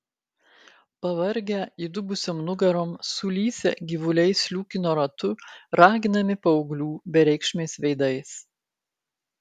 pavargę įdubusiom nugarom sulysę gyvuliai sliūkino ratu raginami paauglių bereikšmiais veidais